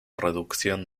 reducción